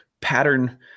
pattern